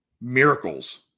miracles